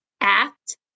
Act